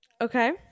Okay